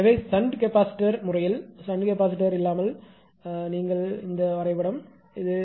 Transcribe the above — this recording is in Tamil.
எனவே ஷன்ட் கெபாசிட்டார் வழக்கில் ஷன்ட் கெபாசிட்டார் இல்லாமல் நீங்கள் அழைக்கும் வரைபடம் இது